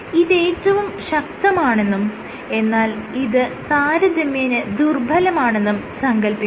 ഇതേറ്റവും ശക്തമാണെന്നും എന്നാൽ ഇത് താരതമ്യേന ദുർബ്ബലമാണെന്നും സങ്കൽപ്പിക്കുക